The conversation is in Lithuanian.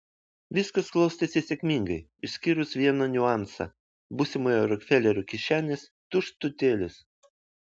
viskas klostėsi sėkmingai išskyrus vieną niuansą būsimojo rokfelerio kišenės tuštutėlės